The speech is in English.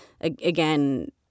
again